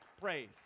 praise